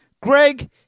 Greg